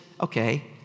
okay